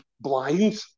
blind